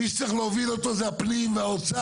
מי שצריך להוביל אותו זה הפנים והאוצר,